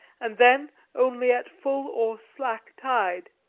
and then only at full or slack tide.